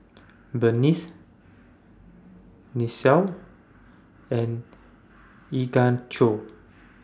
Berniece Nichelle and Ignacio